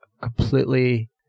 completely